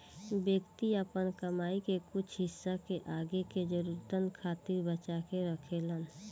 व्यक्ति आपन कमाई के कुछ हिस्सा के आगे के जरूरतन खातिर बचा के रखेलेन